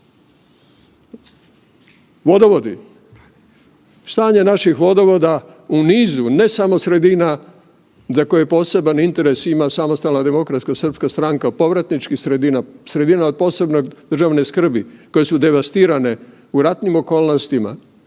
vodovodi, stanje naših vodovoda u nizu, ne samo sredina za koje poseban interes ima SDSS, povratničkih sredina, sredina od posebnog državne skrbi koje su devastirane u ratnim okolnostima